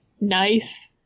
nice